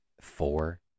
four